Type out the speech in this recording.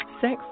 sex